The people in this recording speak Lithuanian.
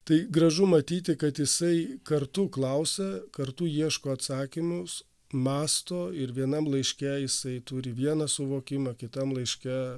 tai gražu matyti kad jisai kartu klausia kartu ieško atsakymus mąsto ir vienam laiške jisai turi vieną suvokimą kitam laiške